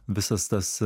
visas tas